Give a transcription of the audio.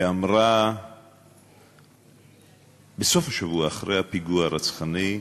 שאמרה בסוף השבוע, אחרי הפיגוע הרצחני,